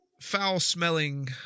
foul-smelling